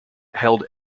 held